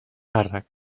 càrrec